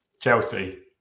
Chelsea